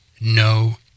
No